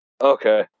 Okay